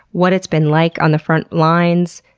what it's been like on the front lines,